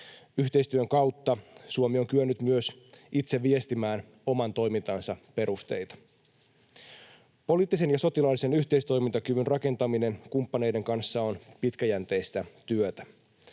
Yhteistyön kautta Suomi on kyennyt myös itse viestimään oman toimintansa perusteita. Poliittisen ja sotilaallisen yhteistoimintakyvyn rakentaminen kumppaneiden kanssa on pitkäjänteistä työtä.